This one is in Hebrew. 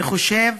אני חושב